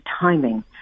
timing